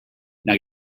now